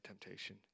temptation